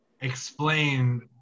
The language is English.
explain